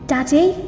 Daddy